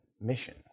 mission